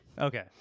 Okay